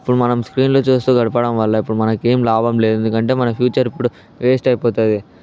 ఇప్పుడు మనం స్క్రీన్లు చూస్తూ గడపడం వల్ల ఇప్పుడు మనకి ఏం లాభం లేదు ఎందుకంటే మన ఫ్యూచర్ ఇప్పుడు వేస్ట్ అయిపోతుంది